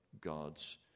God's